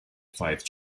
five